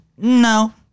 No